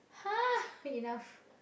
enough